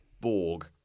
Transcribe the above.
Borg